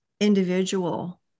individual